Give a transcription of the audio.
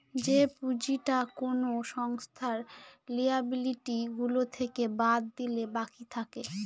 যে পুঁজিটা কোনো সংস্থার লিয়াবিলিটি গুলো থেকে বাদ দিলে বাকি থাকে